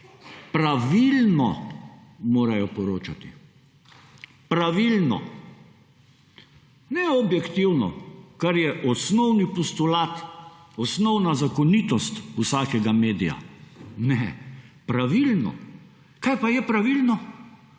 Pravilno morajo poročati. Pravilno. Ne objektivno, kar je osnovni postulat, osnovna zakonitost vsakega medija, ne, pravilno. Kaj pa je pravilno?